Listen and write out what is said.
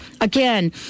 again